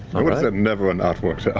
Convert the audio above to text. never not worked yeah